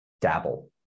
dabble